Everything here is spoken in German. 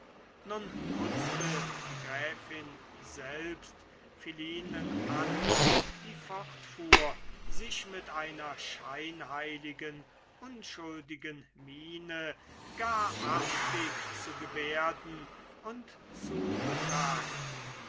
nun putzte die gräfin selbst philinen an die fortfuhr sich mit einer scheinheiligen unschuldigen miene gar artig zu gebärden und zu betragen